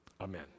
Amen